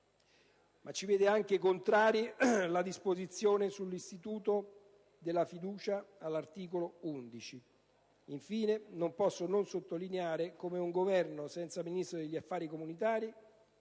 Ma ci vede anche contrari la disposizione sull'istituto della fiducia all'articolo 11. Infine non posso non sottolineare come un Governo senza Ministro per le politiche